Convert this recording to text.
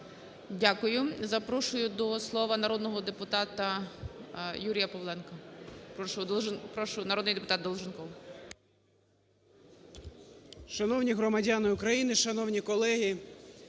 Дякую. Запрошую до слова народного депутата Юрія Павленка. Прошу, народний депутат Долженков.